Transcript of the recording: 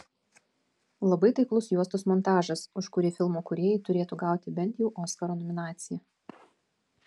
labai taiklus juostos montažas už kurį filmo kūrėjai turėtų gauti bent jau oskaro nominaciją